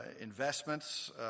investments